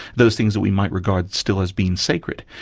those things that we might regard still as being sacred,